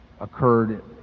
occurred